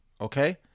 Okay